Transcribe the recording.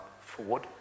forward